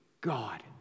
God